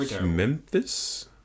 Memphis